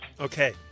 Okay